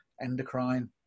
endocrine